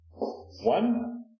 one